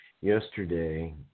yesterday